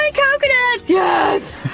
ah coconuts! yes!